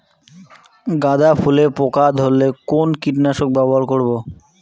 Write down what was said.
গাদা ফুলে পোকা ধরলে কোন কীটনাশক ব্যবহার করব?